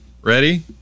Ready